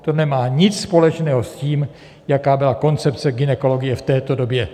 To nemá nic společného s tím, jaká byla koncepce gynekologie v této době.